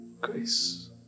Grace